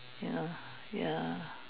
ya ya